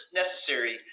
necessary